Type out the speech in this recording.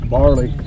Barley